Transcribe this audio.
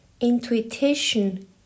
intuition